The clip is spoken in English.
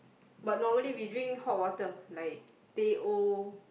but normally we drink hot water like teh O